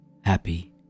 happy